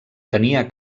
tenia